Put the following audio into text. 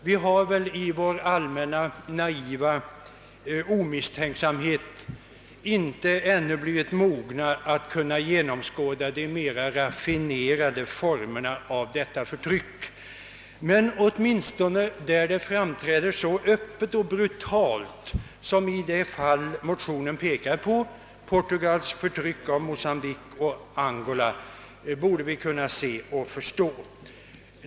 Vi har i vår allmänna naiva omisstänksamhet inte ännu blivit mogna att genomskåda de mera raffinerade formerna av detta förtryck, men åtminstone där de framträder så öppet och brutalt som i de fall som motionen pekar på — Portugals förtryck i Mocambique och Angola — borde vi kunna se och förstå.